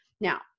Now